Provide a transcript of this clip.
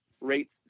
rates